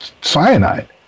cyanide